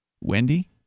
Wendy